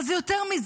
אבל זה יותר מזה,